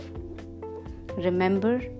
Remember